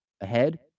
ahead